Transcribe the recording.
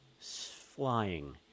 flying